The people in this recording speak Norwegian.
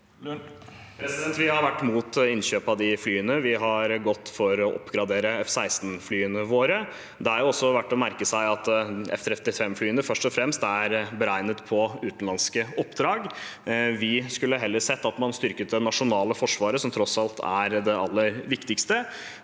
Vi har vært imot innkjøp av de flyene. Vi har gått for å oppgradere F-16-flyene våre. Det er også verdt å merke seg at F-35flyene først og fremst er beregnet på utenlandsoppdrag. Vi skulle heller sett at man styrket det nasjonale forsvaret, som tross alt er det aller viktigste.